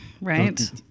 Right